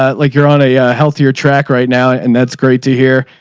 like you're on a, a healthier track right now and that's great to hear.